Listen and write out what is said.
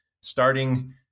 starting